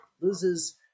loses